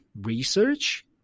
research